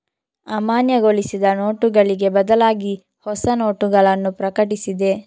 ಅಮಾನ್ಯಗೊಳಿಸಿದ ನೋಟುಗಳಿಗೆ ಬದಲಾಗಿಹೊಸ ನೋಟಗಳನ್ನು ಪ್ರಕಟಿಸಿದೆ